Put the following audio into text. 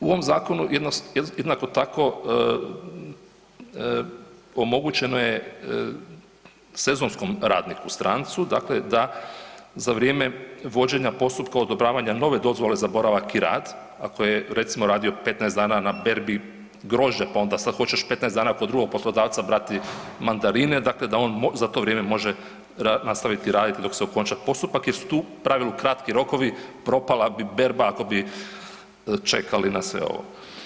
U ovom zakonu jednako tako omogućeno je sezonskom radniku strancu, dakle da za vrijeme vođenja postupka odobravanja nove dozvole za boravak i rad, ako je recimo radio 15 dana na berbi grožđa, pa onda sad hoće još 15 dana kod drugog poslodavca brati mandarine, dakle da on za to vrijeme može nastavit radit dok se okonča postupak jer su tu u pravilu kratki rokovi, propala bi berba ako bi čekali na sve ovo.